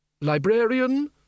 Librarian